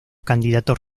candidatos